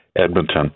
Edmonton